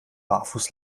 barfuß